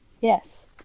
Yes